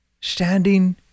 standing